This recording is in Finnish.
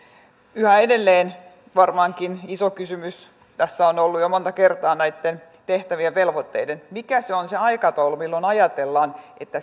yhä edelleen varmaankin iso kysymys tässä on ollut jo monta kertaa näitten tehtävien velvoitteiden osalta se mikä on se aikataulu milloin ajatellaan että